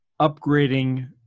upgrading